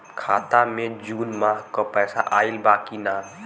खाता मे जून माह क पैसा आईल बा की ना?